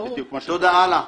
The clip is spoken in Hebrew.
תודה, הלאה.